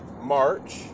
March